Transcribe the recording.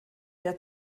der